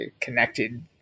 connected